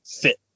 fit